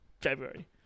February